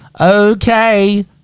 Okay